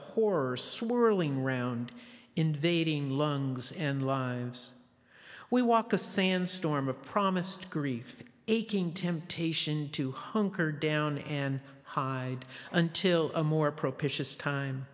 horrors swirling round invading lungs and lives we walk a sand storm of promised grief aching temptation to hunker down and hide until a more propitious time